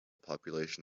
population